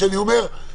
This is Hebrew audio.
שאני אומר,